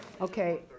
Okay